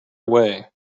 away